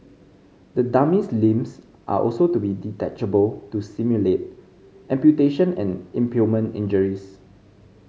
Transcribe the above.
the dummy's limbs are also to be detachable to simulate amputation and impalement injuries